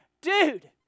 dude